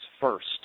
first